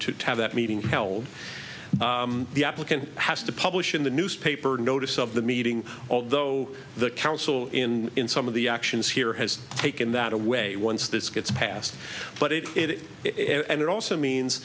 to have that meeting held the applicant has to publish in the newspaper notice of the meeting although the council in in some of the actions here has taken that away once this gets passed but it it it and it also means